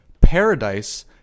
Paradise